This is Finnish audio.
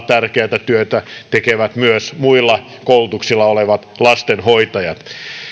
tärkeätä työtä tekevät myös muilla koulutuksilla olevat lastenhoitajat